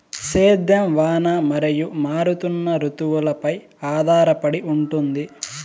సేద్యం వాన మరియు మారుతున్న రుతువులపై ఆధారపడి ఉంటుంది